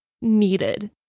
needed